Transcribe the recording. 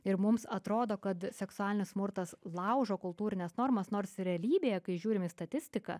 ir mums atrodo kad seksualinis smurtas laužo kultūrines normas nors realybėje kai žiūrim į statistiką